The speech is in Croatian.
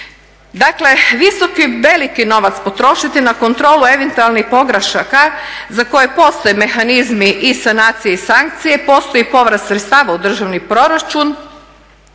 Dakle visoki, veliki novac potrošiti na kontrolu eventualnih pogrešaka za koje postoje mehanizmi i sanacije sankcije, postoji povrat sredstava u državni proračun